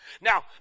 Now